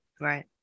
right